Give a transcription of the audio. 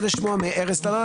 סליחה,